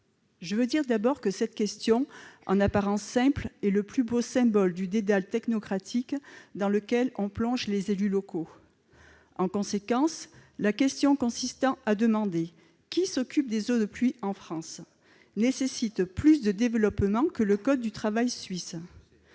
le bon véhicule ? Cette question, en apparence simple, est le plus beau symbole du dédale technocratique dans lequel on plonge les élus locaux. En conséquence, la question « Qui s'occupe des eaux de pluie en France ?» nécessite davantage de développements que le code du travail suisse.